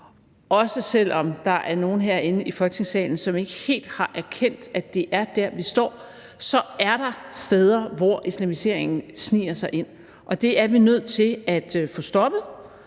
Også selv om der er nogle herinde i Folketingssalen, som ikke helt har erkendt, at det er der, vi står, så er der steder, hvor islamiseringen sniger sig ind. Det er vi nødt til at få stoppet,